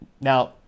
Now